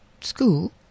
school